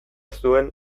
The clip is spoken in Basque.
zuen